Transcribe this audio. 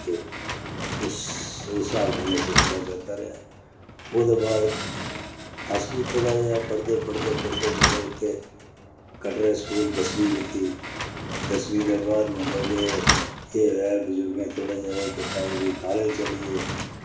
ते उस स्हाब कन्नै सिलसिला चलदा रेहा ओह्दे बाद अस बी थोह्ड़ा जेहा पढ़दे पढ़दे पढ़दे चलो इत्थै कटड़े स्कूल दसमीं कीती दसमीं दे बाद मतलब के चलो के एह् होएआ बजुर्गें थोह्ड़ा जेहा एह् कीता भाई कॉलेज चली गए